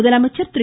முதலமைச்சர் திரு